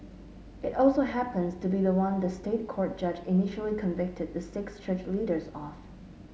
it also happens to be the one the State Court judge initially convicted the six church leaders of